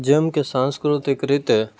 જેમ કે સાંસ્કૃતિક રીતે